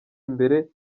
imbere